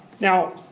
now,